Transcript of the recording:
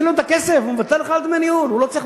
הוא מוותר על דמי ניהול.